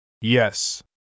Yes